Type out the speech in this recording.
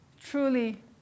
truly